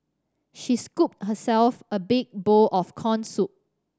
she scooped herself a big bowl of corn soup